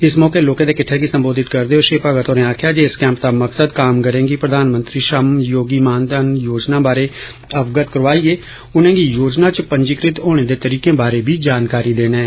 इस मौके लोकें दे किट्टे गी सम्बोधित करदे होई श्री भगत होरें आक्खेआ जे इस कैम्प दा मकसद कामगारें गी प्रधानमंत्री श्रम योगी मान धन योजना बारै अवगत करोआइयै उनेंगी योजना च पंजीकृत होने दे तरीके बारै बी जानकारी देना ऐ